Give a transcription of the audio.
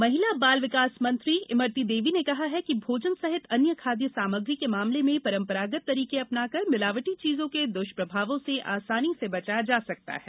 वहीं महिला बाल विकास मंत्री इमरती देवी ने कहा कि भोजन सहित अन्य खाद्य सामग्री के मामले में परम्परागत तरीके अपनाकर मिलावटी चीजों के द्वष्प्रभावों से आसानी बचा जा सकता है